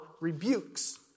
rebukes